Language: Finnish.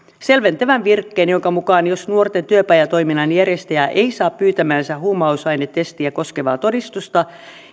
selventävän virkkeen jonka mu kaan jos nuorten työpajatoiminnan järjestäjä ei saa pyytämäänsä huumausainetestiä koskevaa todistusta